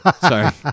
Sorry